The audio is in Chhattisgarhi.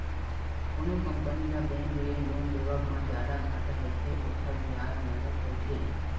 कोनो कंपनी ल बेंक ले लोन लेवब म जादा घाटा रहिथे, ओखर बियाज नँगत रहिथे